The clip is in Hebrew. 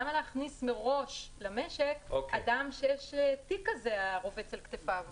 למה להכניס מראש למשק אדם שרובץ על כתפיו תיק כזה?